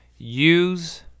use